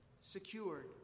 secured